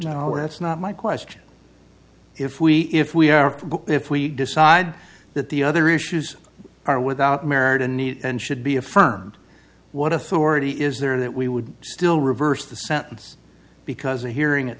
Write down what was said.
now that's not my question if we if we are if we decide that the other issues are without merit a need and should be affirmed what authority is there that we would still reverse the sentence because a hearing at